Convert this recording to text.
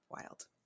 wild